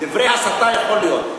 דברי הסתה יכולים להיות.